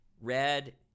red